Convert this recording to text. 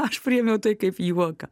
aš priėmiau tai kaip juoką